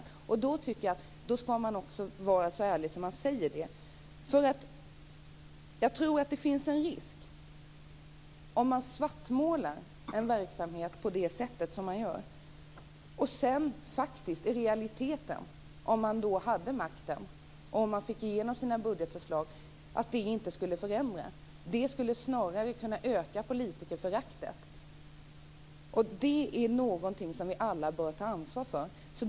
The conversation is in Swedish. Därför tycker jag att man också ska vara så ärlig så att man säger det. Jag tror nämligen att det finns en risk med att svartmåla en verksamhet på det sättet man nu gör. Om oppositionen sedan i realiteten hade makten och fick igenom sina budgetförslag, och detta inte skulle förändra något skulle det snarare öka politikerföraktet. Det är något som vi alla bör ta ansvar för.